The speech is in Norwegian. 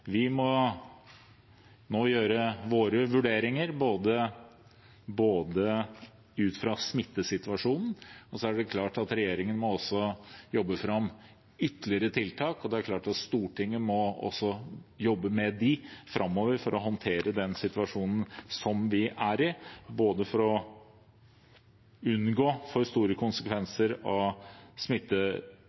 Vi må nå gjøre våre vurderinger ut fra smittesituasjonen, og så er det klart at regjeringen må jobbe fram ytterligere tiltak. Stortinget må jobbe med dem framover for å håndtere den situasjonen som vi er i, både for å unngå for store konsekvenser av